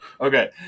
Okay